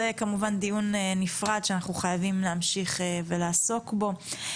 זה כמובן דיון נפרד שאנחנו חייבים להמשיך ולעסוק בו.